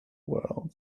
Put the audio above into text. world